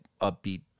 Upbeat